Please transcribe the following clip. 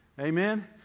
Amen